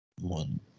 one